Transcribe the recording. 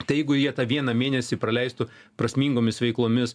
tai jeigu jie tą vieną mėnesį praleistų prasmingomis veiklomis